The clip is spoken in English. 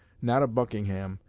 not of buckingham,